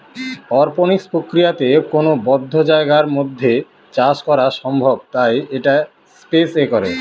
অরপনিক্স প্রক্রিয়াতে কোনো বদ্ধ জায়গার মধ্যে চাষ করা সম্ভব তাই এটা স্পেস এ করে